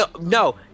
No